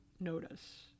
notice